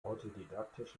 autodidaktisch